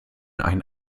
einen